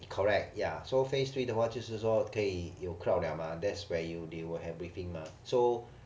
correct ya so phase three 的话就是说可以有 crowd liao mah that's where they will have briefing mah so